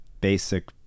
basic